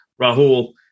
rahul